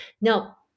Now